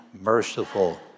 merciful